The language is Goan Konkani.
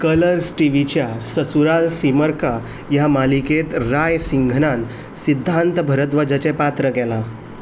कलर्स टीव्हीच्या ससुराल सिमर का ह्या मालिकेंत रायसिंघनान सिद्धान्त भारद्वाजाचें पात्र केलें